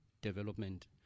development